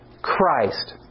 Christ